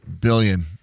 Billion